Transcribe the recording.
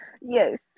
Yes